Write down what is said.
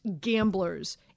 gamblers